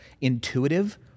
intuitive